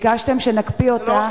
ביקשתם שנקפיא אותה,